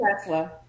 Tesla